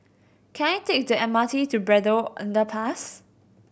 can I take the M R T to Braddell Underpass